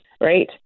right